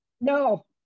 No